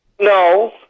No